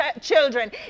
children